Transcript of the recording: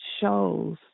shows